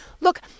Look